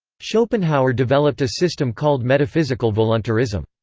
schopenhauer developed a system called metaphysical voluntarism.